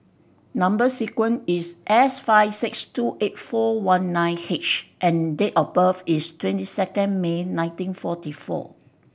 number sequence is S five six two eight four one nine H and date of birth is twenty second May nineteen forty four